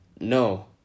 no